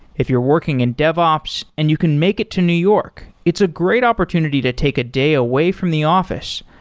if you're working in dev ops and you can make it to new york, it's a great opportunity to take a day away from the office.